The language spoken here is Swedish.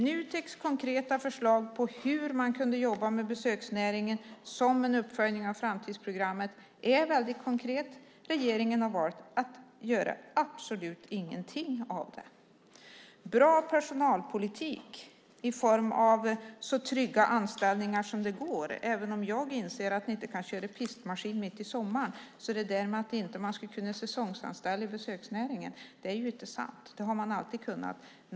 Nuteks konkreta förslag på hur man kunde jobba med besöksnäringen som en uppföljning av framtidsprogrammet är väldigt konkret. Regeringen har valt att göra absolut ingenting av det. När det gäller bra personalpolitik i form av så trygga anställningar som det går, även om jag inser att man inte kan köra pistmaskin mitt i sommaren, är talet om att man inte kan säsongsanställa inom besöksnäringen inte sant. Det har man alltid kunnat göra.